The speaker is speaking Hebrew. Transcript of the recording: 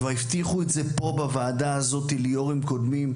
כבר הבטיחו את זה פה בוועדה הזאת לי יו"רים קודמים.